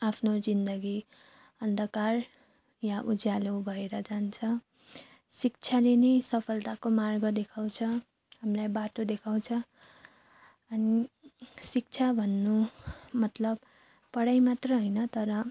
आफ्नो जिन्दगी अन्धकार वा उज्यालो भएर जान्छ शिक्षाले नै सफलताको मार्ग देखाउँछ हामीलाई बाटो देखाउँछ अनि शिक्षा भन्नु मतलब पढाइ मात्र होइन तर